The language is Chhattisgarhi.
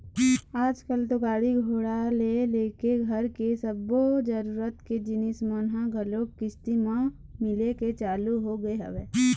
आजकल तो गाड़ी घोड़ा ले लेके घर के सब्बो जरुरत के जिनिस मन ह घलोक किस्ती म मिले के चालू होगे हवय